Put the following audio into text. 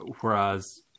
whereas